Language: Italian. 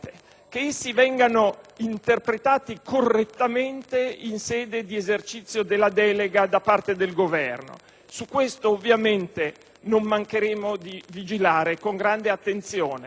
che essi vengano interpretati correttamente in sede di esercizio della delega da parte del Governo. Su questo non mancheremo di vigilare con grande attenzione.